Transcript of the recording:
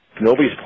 nobody's